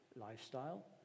lifestyle